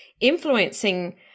influencing